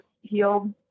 healed